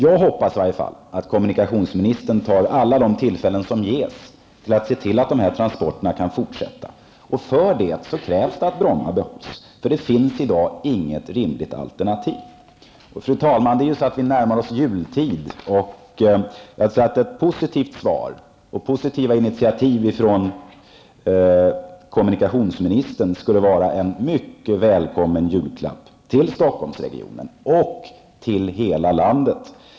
Jag hoppas i varje fall att kommunikationsministern tar till vara alla de tillfällen som ges för att se till att dessa transporter kan fortsätta. För att kunna uppnå detta krävs att Bromma behålls, eftersom det i dag inte finns något rimligt alternativ. Fru talman! Vi närmar oss nu julen, och jag tror att ett positivt svar och initiativ från kommunikationsministern skulle vara en mycket välkommen julklapp till Stockholmsregionen och till hela landet.